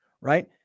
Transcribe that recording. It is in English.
right